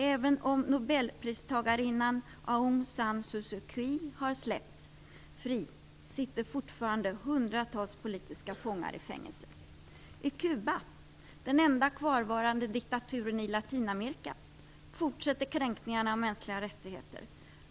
Även om nobelpristagarinnan Aung San Suu Kuy har släppts fri sitter fortfarande hundratals politiska fångar i fängelse. I Kuba, den enda kvarvarande diktaturen i Latinamerika, fortsätter kränkningarna av mänskliga rättigheter.